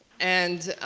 and